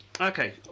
Okay